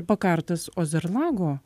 pakartas ozer lago